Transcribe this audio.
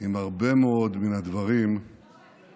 עם הרבה מאוד מן הדברים שאמר,